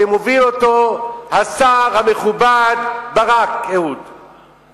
שמוביל אותו השר המכובד אהוד ברק.